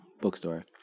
bookstore